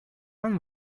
and